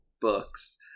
books